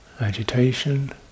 agitation